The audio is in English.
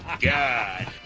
god